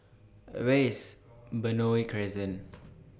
Where IS Benoi Crescent